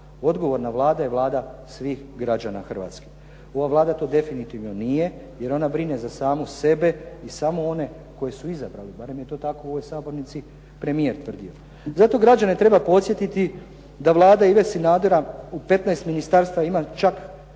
Odgovorna Vlada je Vlada svih građana Hrvatske. Ova Vlada to definitivno nije jer ona brine za samu sebe i samo one koje su izabrali, barem je to tako u ovoj sabornici premijer tvrdio. Zato građane treba podsjetiti da Vlada Ive Sanadera u petnaest ministarstava ima čak